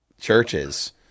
churches